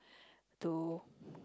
to